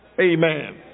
amen